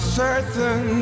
certain